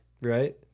Right